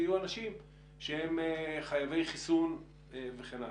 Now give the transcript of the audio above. ויהיו אנשים חייבי חיסון וכן הלאה.